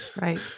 right